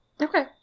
Okay